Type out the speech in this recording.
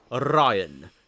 Ryan